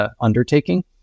undertaking